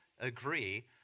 agree